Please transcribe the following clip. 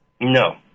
No